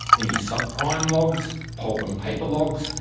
any sub-prime logs, pulp and paper logs,